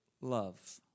love